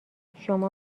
شما